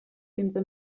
quinze